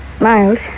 Miles